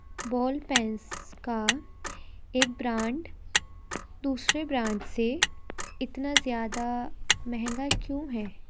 بال pens کا ایک brand دوسرے برانڈ سے اتنا زیادہ مہنگا کیوں ہے